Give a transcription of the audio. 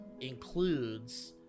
includes